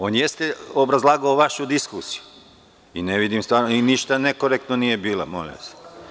On jeste obrazlagao vašu diskusiju, i ništa nekorektno nije bilo, molim vas.